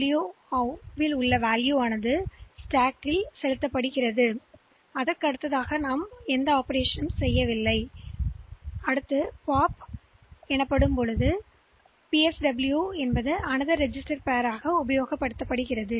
நீங்கள் இந்த PSW ஐதள்ளி ஸ்டேக்கிற்குத் எந்தவொரு செயல்பாட்டையும் செய்யலாம் பின்னர் அதை வேறு எந்த ரெஜிஸ்டர் போலவே POP செய்யலாம் பேர்யையும் இந்த PSW மற்றொரு ரெஜிஸ்டர்பேர்யாக செயல்படும்